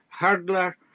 hurdler